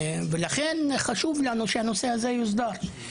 ולכן, חשוב לנו שהנושא הזה יוסדר.